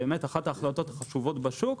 אחת ההחלטות החשובות בשוק,